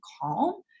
calm